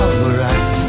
Alright